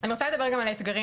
אני רוצה לדבר גם על האתגרים,